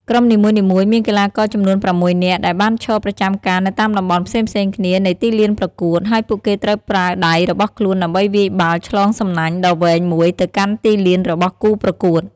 ក្រុមនីមួយៗមានកីឡាករចំនួន៦នាក់ដែលបានឈរប្រចាំការនៅតាមតំបន់ផ្សេងៗគ្នានៃទីលានប្រកួត ហើយពួកគេត្រូវប្រើដៃរបស់ខ្លួនដើម្បីវាយបាល់ឆ្លងសំណាញ់ដ៏វែងមួយទៅកាន់ទីលានរបស់គូប្រកួត។